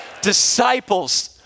Disciples